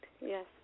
Yes